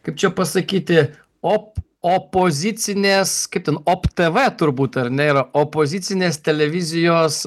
kaip čia pasakyti op opozicinės kaip ten tv turbūt ar ne yra opozicinės televizijos